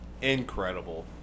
Incredible